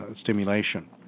stimulation